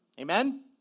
Amen